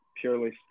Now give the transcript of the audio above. purely